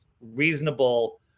reasonable